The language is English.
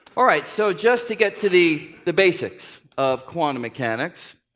alright, so just to get to the the basics of quantum mechanics.